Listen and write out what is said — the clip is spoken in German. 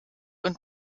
und